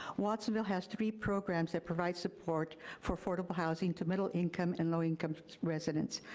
watsonville has three programs that provide support for affordable housing to middle-income and low-income residents,